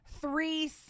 three